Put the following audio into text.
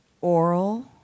oral